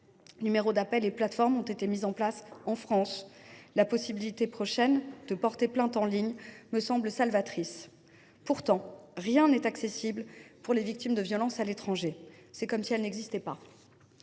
numéros d’appel et des plateformes ont été mis à disposition en France et la possibilité prochaine de porter plainte en ligne me semble salvatrice. Toutefois, rien de tout cela n’est accessible pour les victimes de violences à l’étranger : c’est comme si elles n’existaient pas.